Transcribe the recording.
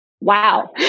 Wow